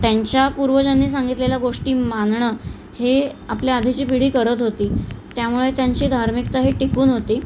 त्यांच्या पूर्वजांनी सांगितलेल्या गोष्टी मानणं हे आपल्या आधीची पिढी करत होती त्यामुळे त्यांची धार्मिकता ही टिकून होती